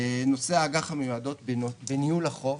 נושא אג"ח המיועדות בניהול החוב,